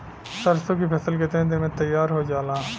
सरसों की फसल कितने दिन में तैयार हो जाला?